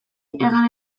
hegan